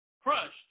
crushed